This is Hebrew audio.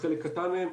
אבל חלק קטן מהם,